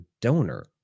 donor